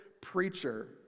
preacher